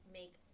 make